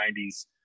90s